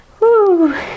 Woo